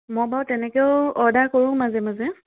মই বাৰু তেনেকেও অৰ্ডাৰ কৰোঁ মাজে মাজে